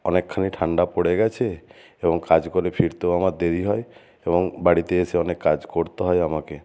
অনেকখানি ঠান্ডা পড়ে গিয়েছে এবং কাজ করে ফিরতেও আমার দেরি হয় এবং বাড়িতে এসে অনেক কাজ করতে হয় আমাকে